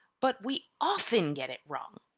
but we often get it wrong,